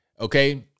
Okay